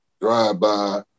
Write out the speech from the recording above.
drive-by